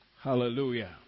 Hallelujah